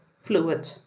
fluid